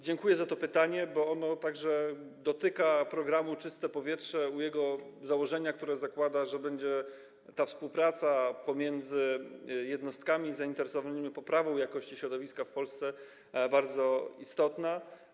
Dziękuję za to pytanie, bo ono także dotyka programu „Czyste powietrze” u jego założenia, tj. założenia, że ta współpraca pomiędzy jednostkami zainteresowanymi poprawą jakości środowiska w Polsce będzie bardzo istotna.